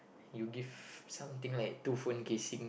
you give something like two phone casing